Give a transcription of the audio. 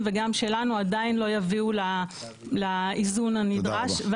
וגם שלנו עדיין לא יביאו לאיזון הנדרש.